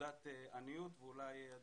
לוקח להם זמן לבלוע את העניין.